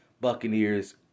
Buccaneers